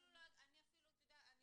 אני